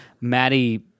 Maddie